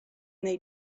they